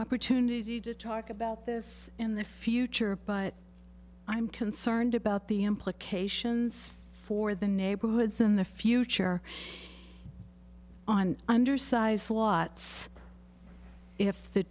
opportunity to talk about this in the future but i'm concerned about the implications for the neighborhoods in the future on undersize thoughts if the